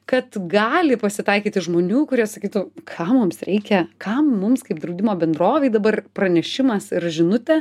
kad gali pasitaikyti žmonių kurie sakytų kam mums reikia kam mums kaip draudimo bendrovei dabar pranešimas ir žinutė